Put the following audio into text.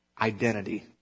identity